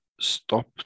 stop